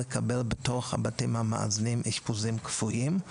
לקבל בתוך הבתים המאזנים אשפוזים כפויים;